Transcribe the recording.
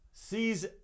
Sees